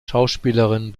schauspielerin